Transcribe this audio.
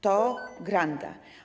To granda.